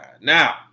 Now